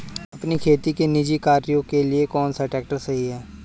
अपने खेती के निजी कार्यों के लिए कौन सा ट्रैक्टर सही है?